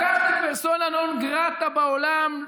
לקחתם פרסונה נון גרטה בעולם,